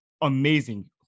amazing